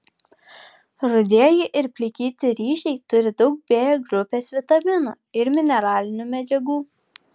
rudieji ir plikyti ryžiai turi daug b grupės vitaminų ir mineralinių medžiagų